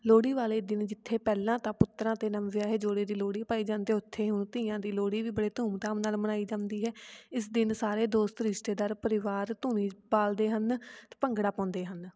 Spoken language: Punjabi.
ਲੋਹੜੀ ਵਾਲੇ ਦਿਨ ਜਿੱਥੇ ਪਹਿਲਾਂ ਤਾਂ ਪੁੱਤਰਾਂ ਅਤੇ ਨਵ ਵਿਆਹੇ ਜੋੜੇ ਦੀ ਲੋਹੜੀ ਪਾਈ ਜਾਂਦੀ ਆ ਉੱਥੇ ਹੀ ਹੁਣ ਧੀਆਂ ਦੀ ਲੋਹੜੀ ਵੀ ਬੜੇ ਧੂਮ ਧਾਮ ਨਾਲ ਮਨਾਈ ਜਾਂਦੀ ਹੈ ਇਸ ਦਿਨ ਸਾਰੇ ਦੋਸਤ ਰਿਸ਼ਤੇਦਾਰ ਪਰਿਵਾਰ ਧੂਣੀ ਬਾਲਦੇ ਹਨ ਅਤੇ ਭੰਗੜਾ ਪਾਉਂਦੇ ਹਨ